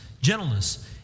gentleness